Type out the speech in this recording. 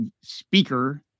speaker